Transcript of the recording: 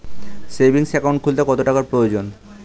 Savings account খুলতে কত টাকার প্রয়োজন?